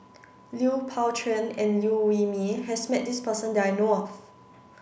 Lui Pao Chuen and Liew Wee Mee has met this person that I know of